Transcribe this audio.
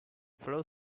float